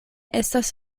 estas